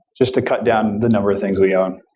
just to cut down the number of things we own.